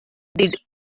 did